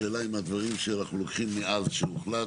השאלה אם הדברים שאנחנו לוקחים מאז שהוחלט,